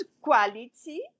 quality